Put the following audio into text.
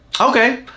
okay